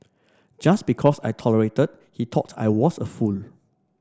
just because I tolerated he thought I was a fool